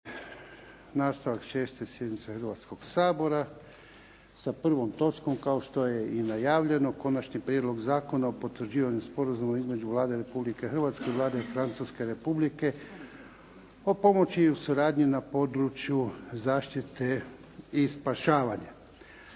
nastavak 6. sjednice Hrvatskoga sabora, sa prvom točkom kao što je i najavljeno - Konačni prijedlog Zakona o potvrđivanju Sporazuma između Vlade Republike Hrvatske i Vlade Francuske Republike o pomoći i suradnji na području zaštite i spašavanja,